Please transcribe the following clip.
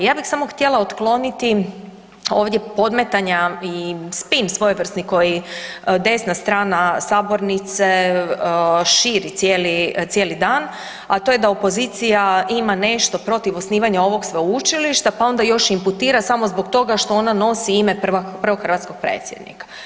Ja bih samo htjela otkloniti ovdje podmetanja i spin svojevrsni koji desna strana sabornice širi cijeli dan, a to je da opozicija ima nešto protiv osnivanja ovog sveučilišta pa onda još imputira samo zbog toga što ona nosi ime prvog hrvatskog Predsjednika.